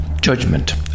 judgment